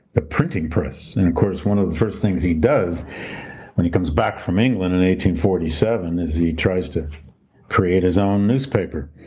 the printing press. and of course, one of the first things he does when he comes back from and and and forty seven, is he tries to create his own newspaper,